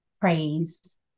praise